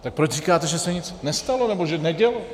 Tak proč říkáte, že se nic nestalo nebo nedělo?